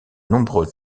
nombreux